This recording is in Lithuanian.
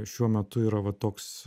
šiuo metu yra va toks